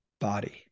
body